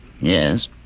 Yes